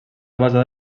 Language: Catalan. basada